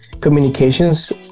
communications